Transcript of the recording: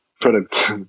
product